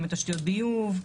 גם בתשתיות ביוב,